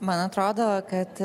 man atrodo kad